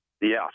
Yes